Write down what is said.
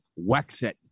Wexit